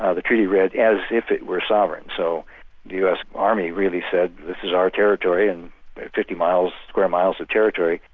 ah the treaty read as if it were sovereign, so the us army really said, this is our territory and fifty square miles of territory,